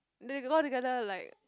they got together like